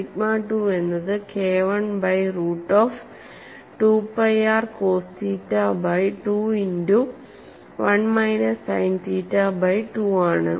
sigma 2 എന്നത് KI by root of 2 pi r cos theta by 2 into one minus sine theta by 2 ആണ്